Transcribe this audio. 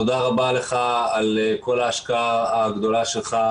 תודה רבה לך על כל ההשקעה הגדולה שלך.